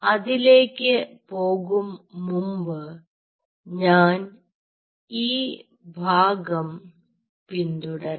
അതിലേക്ക് പോകും മുമ്പ് ഞാൻ ഈ ഭാഗം പിന്തുടരാം